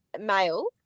male